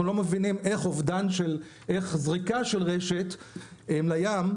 אנחנו לא מבינים איך זריקה של רשת לים,